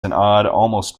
almost